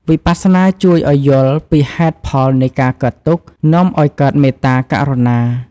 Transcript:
វិបស្សនាជួយឱ្យយល់ពីហេតុផលនៃការកើតទុក្ខ នាំឱ្យកើតមេត្តា ករុណា។